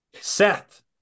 Seth